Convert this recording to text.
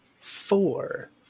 four